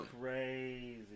crazy